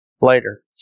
later